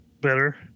better